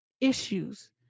issues